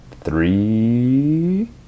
three